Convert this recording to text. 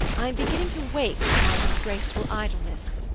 i am beginning to wake from my disgraceful idleness,